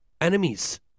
enemies